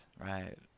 right